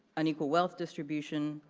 unequal wealth distribution,